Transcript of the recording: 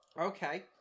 okay